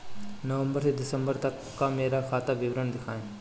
नवंबर से दिसंबर तक का मेरा खाता विवरण दिखाएं?